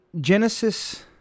Genesis